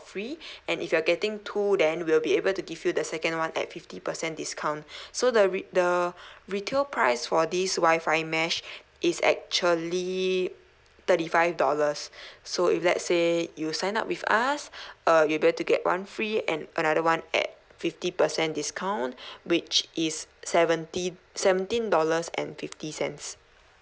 free and if you're getting two then we'll be able to give you the second one at fifty percent discount so the re~ the retail price for this wifi mesh is actually thirty five dollars so if let's say you sign up with us uh you will be able to get one free and another one at fifty percent discount which is seventy seventeen dollars and fifty cents